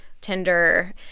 Tinder